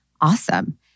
Awesome